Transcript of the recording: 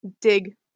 dig